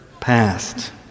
past